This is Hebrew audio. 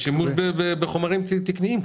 מהשימוש בחומרים תקניים.